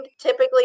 typically